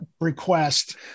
request